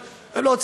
לא זוגות צעירים.